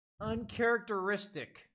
uncharacteristic